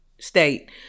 state